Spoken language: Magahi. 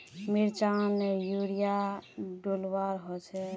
मिर्चान यूरिया डलुआ होचे?